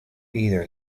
either